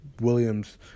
Williams